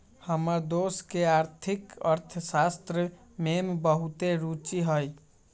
हमर दोस के आर्थिक अर्थशास्त्र में बहुते रूचि हइ